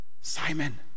Simon